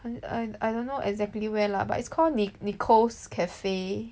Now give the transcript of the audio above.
I I don't know exactly where lah but it's called Nic~ Nicole's Cafe